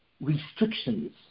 restrictions